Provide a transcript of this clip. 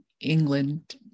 England